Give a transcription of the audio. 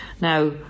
Now